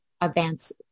advance